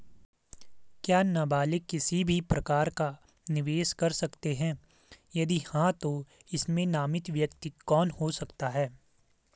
क्या नबालिग किसी भी प्रकार का निवेश कर सकते हैं यदि हाँ तो इसमें नामित व्यक्ति कौन हो सकता हैं?